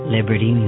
Liberty